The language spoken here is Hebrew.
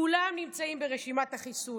כולם נמצאים ברשימת החיסול,